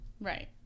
Right